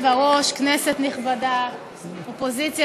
כך קבע חבר הוועדה לטיפול במפונים, פרופסור ידידיה